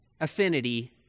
affinity